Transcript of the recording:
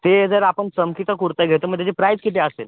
ते जर आपण चमकीचा कुर्ता घेतो मग त्याची प्राईज किती असेल